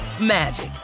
magic